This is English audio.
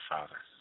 Father